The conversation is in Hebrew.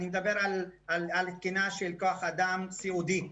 אני מדבר על תקינה של כוח אדם סיעודי.